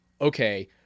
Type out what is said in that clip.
okay